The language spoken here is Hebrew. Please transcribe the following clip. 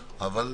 רכב,